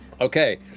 Okay